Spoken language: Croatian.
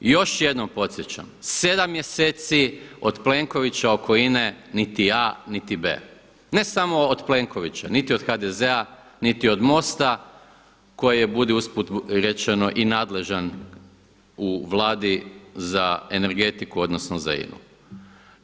Još jednom podsjećam, sedam mjeseci od Plenkovića oko INA-e niti a niti b, ne samo od Plenkovića, niti od HDZ-a niti od MOST-a koji je budi uz put rečeno i nadležan u Vladi za energetiku odnosno za INA-u.